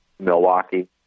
Milwaukee